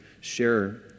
share